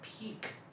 peak